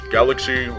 Galaxy